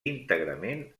íntegrament